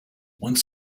one